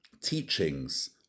teachings